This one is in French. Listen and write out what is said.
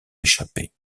échappait